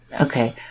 Okay